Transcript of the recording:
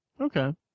Okay